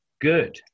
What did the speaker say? good